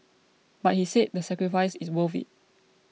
but he said the sacrifice is worth it